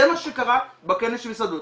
זה מה שקרה בכנס של משרד הבריאות.